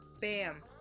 Bam